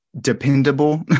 dependable